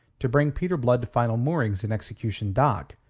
to bring peter blood to final moorings in execution dock,